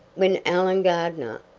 when elon gardner,